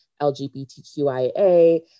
LGBTQIA